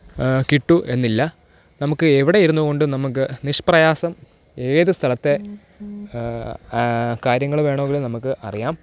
കിട്ടൂ എന്നില്ല നമുക്ക് എവിടെ ഇരുന്നു കൊണ്ടും നമുക്ക് നിഷ്പ്രയാസം ഏതു സ്ഥലത്തെ കാര്യങ്ങൾ വേണമെങ്കിലും നമുക്ക് അറിയാം